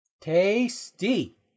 Tasty